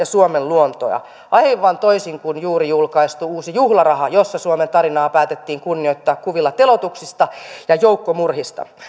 suomen luontoa aivan toisin kuin juuri julkaistu uusi juhlaraha jossa suomen tarinaa päätettiin kunnioittaa kuvilla teloituksista ja joukkomurhista